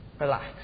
Relax